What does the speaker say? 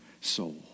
soul